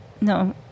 no